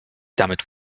damit